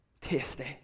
tasty